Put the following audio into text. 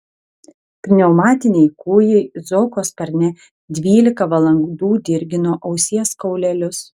pneumatiniai kūjai zoko sparne dvylika valandų dirgino ausies kaulelius